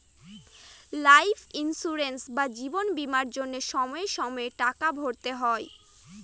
life insurance বা জীবন বীমার জন্য সময়ে সময়ে টাকা ভরতে হয়